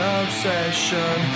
obsession